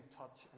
touch